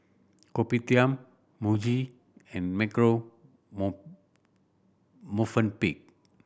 Kopitiam Muji and Marche Movenpick